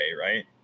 right